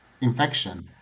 infection